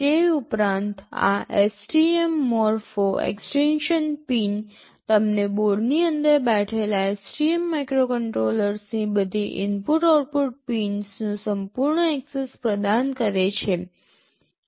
તે ઉપરાંત આ STM મોર્ફો એક્સ્ટેંશન પિન તમને બોર્ડની અંદર બેઠેલા STM માઇક્રોકન્ટ્રોલરની બધી ઇનપુટ આઉટપુટ પિનનું સંપૂર્ણ એક્સેસ પ્રદાન કરે છે